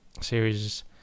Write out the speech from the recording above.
series